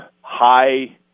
high